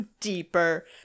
deeper